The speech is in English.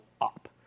up